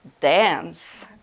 dance